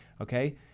Okay